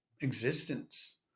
existence